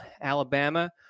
Alabama